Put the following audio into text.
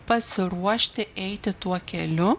pasiruošti eiti tuo keliu